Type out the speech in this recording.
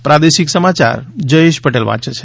પ્રાદેશિક સમાચાર જયેશ પટેલ વાંચે છે